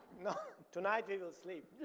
no, tonight we will sleep.